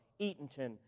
Eatonton